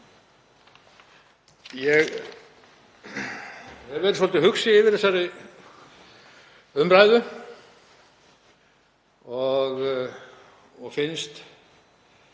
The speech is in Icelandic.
Ég hef verið svolítið hugsi yfir þessari umræðu og finnst